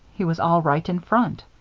he was all right in front.